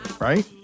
right